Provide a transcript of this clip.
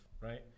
Right